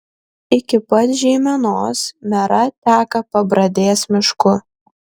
iki pat žeimenos mera teka pabradės mišku